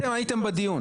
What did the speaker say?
אתם הייתם בדיון.